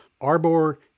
Arbor